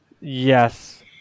Yes